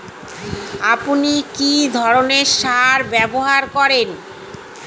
আপনি কী ধরনের সার ব্যবহার করেন?